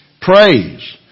Praise